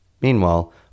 Meanwhile